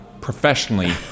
Professionally